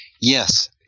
Yes